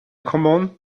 common